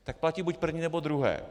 Tak platí buď první, nebo druhé.